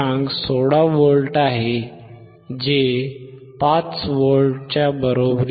16V आहे जे 5 V च्या बरोबरीचे नाही